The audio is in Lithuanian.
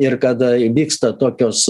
ir kada įvyksta tokios